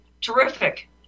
terrific